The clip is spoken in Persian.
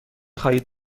خواهید